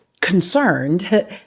concerned